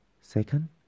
Second